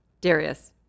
Darius